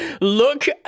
look